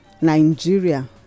nigeria